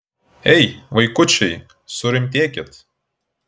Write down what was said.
ei vaikučiai surimtėkit